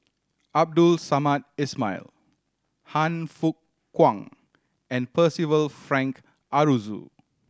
Abdul Samad Ismail Han Fook Kwang and Percival Frank Aroozoo